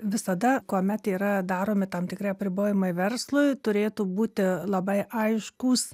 visada kuomet yra daromi tam tikri apribojimai verslui turėtų būti labai aiškūs